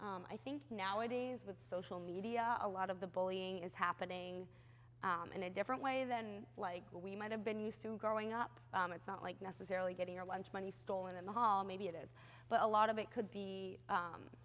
thing i think nowadays with social media a lot of the bullying is happening in a different way than like we might have been used to growing up it's not like necessarily getting our lunch money stolen in the hall maybe it is but a lot of it could be